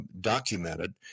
documented